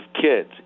kids